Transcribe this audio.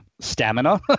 stamina